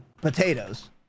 potatoes